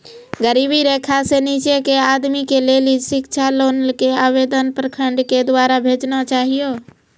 गरीबी रेखा से नीचे के आदमी के लेली शिक्षा लोन के आवेदन प्रखंड के द्वारा भेजना चाहियौ?